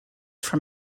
from